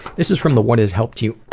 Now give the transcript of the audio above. this is from the what has helped you?